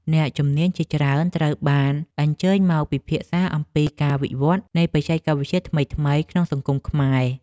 អ្នកជំនាញជាច្រើនត្រូវបានអញ្ជើញមកពិភាក្សាអំពីការវិវត្តនៃបច្ចេកវិទ្យាថ្មីៗក្នុងសង្គមខ្មែរ។